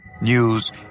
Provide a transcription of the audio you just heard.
News